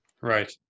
Right